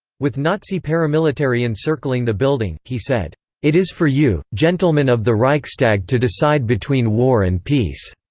with nazi paramilitary encircling the building, he said it is for you, gentlemen of the reichstag to decide between war and peace.